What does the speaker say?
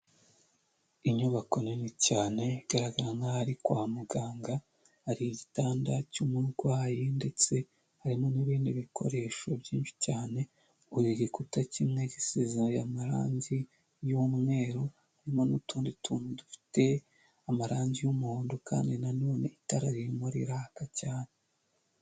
Inyubako nini cyane igaragara nk'aho ari kwa muganga, hari igitanda cy'umurwayi, ndetse harimo n'ibindi bikoresho byinshi cyane, buri gikuta kimwe gisize amarangi y'umweru, harimo n'utundi tuntu dufite amarangi y'umuhondo, kandi na none itara ririmo riraka cyane.